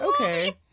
okay